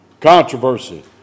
controversy